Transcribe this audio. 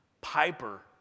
Piper